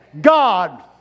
God